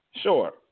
Sure